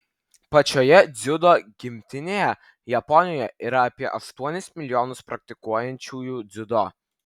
pačioje dziudo gimtinėje japonijoje yra apie aštuonis milijonus praktikuojančiųjų dziudo